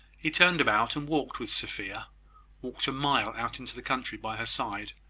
he turned about, and walked with sophia walked a mile out into the country by her side,